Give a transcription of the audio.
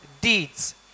deeds